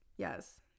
Yes